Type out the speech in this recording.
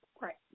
right